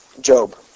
Job